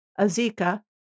Azika